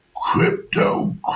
Crypto